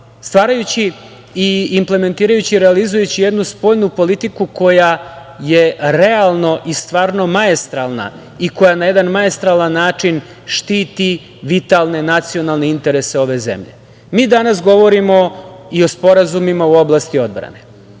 stvarajući i implementirajući i realizujući jednu spoljnu politiku koja je realno i stvarno maestralna i koja na jedan maestralan način štiti vitalne nacionalne interese ove zemlje. Mi danas govorimo i o sporazumima u oblasti odbrane